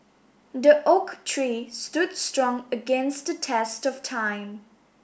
the oak tree stood strong against the test of time